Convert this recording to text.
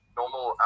normal